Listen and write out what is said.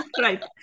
Right